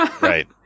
Right